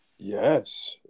yes